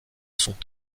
sont